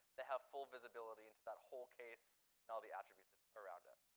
they have full visibility into that whole case and all the attributes ah around it.